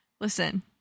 Listen